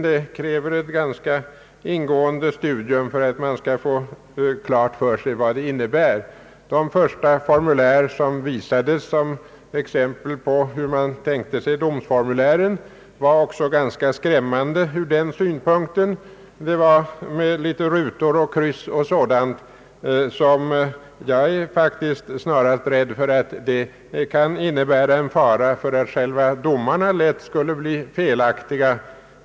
Det krävs ofta ett ganska ingående studium för att man skall få klart för sig vad de innebär. De första formulär som visades som exempel på hur man tänkt sig domformulären var också ganska skrämmande ur den synpunkten. De var försedda med rutor, kryss och sådant. Jag är faktiskt rädd för att en sådan utformning snarast skulle kunna innebära en fara för att själva domarna lätt skulle bli felaktiga.